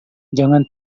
jangan